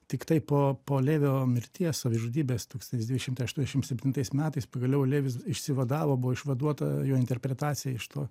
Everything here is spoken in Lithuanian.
tiktai po po levio mirties savižudybės tūkstantis devyni šimtai aštuoniašim septintais metais pagaliau levis išsivadavo buvo išvaduota jo interpretacija iš to